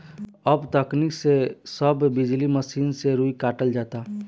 अब तकनीक से सब बिजली मसीन से रुई कातल जाता